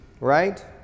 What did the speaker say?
Right